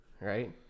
right